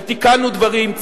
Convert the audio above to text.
ותיקנו דברים.